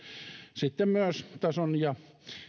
sitten myös tason ja